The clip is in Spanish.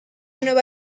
nueva